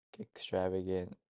extravagant